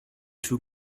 two